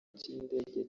cy’indege